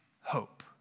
hope